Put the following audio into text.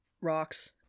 rocks